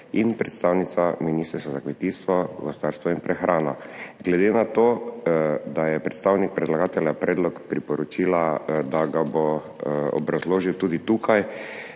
in predstavnica Ministrstva za kmetijstvo, gozdarstvo in prehrano. Glede na to, da je predstavnik predlagatelja predlog priporočila, da ga bo obrazložil tudi tukaj,